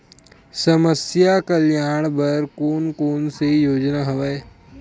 समस्या कल्याण बर कोन कोन से योजना हवय?